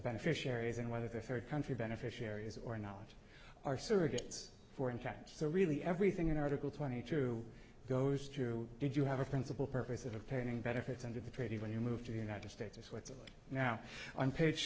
beneficiaries and whether their third country beneficiaries or knowledge are surrogates for in cash so really everything in article twenty two goes through did you have a principal purpose of a painting benefits under the treaty when you move to the united states or switzerland now on page